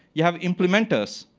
you have implementers.